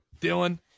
Dylan